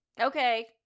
Okay